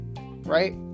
right